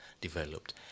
developed